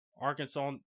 Arkansas